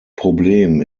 problem